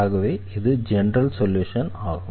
ஆகவே இது general solution ஆகும்